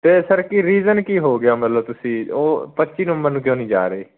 ਅਤੇ ਸਰ ਕੀ ਰੀਜ਼ਨ ਕੀ ਹੋ ਗਿਆ ਮਤਲਬ ਤੁਸੀਂ ਉਹ ਪੱਚੀ ਨਵੰਬਰ ਨੂੰ ਕਿਉਂ ਨਹੀਂ ਜਾ ਰਹੇ